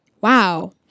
Wow